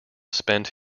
spent